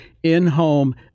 In-home